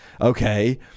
okay